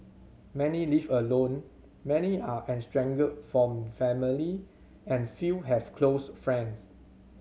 many live alone many are from family and few have close friends